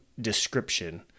description